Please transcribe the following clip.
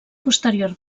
posterior